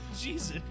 Jesus